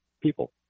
people